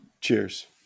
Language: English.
Cheers